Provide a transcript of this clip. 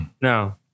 No